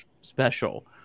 special